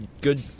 good